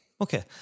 Okay